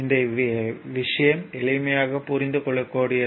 இந்த விஷயம் எளிமையாக புரிந்துகொள்ளக்கூடியது